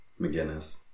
McGinnis